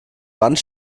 wand